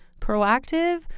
proactive